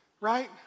right